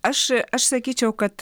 aš aš sakyčiau kad